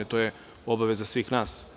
To je obaveza svih nas.